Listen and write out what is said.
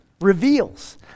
reveals